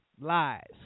lies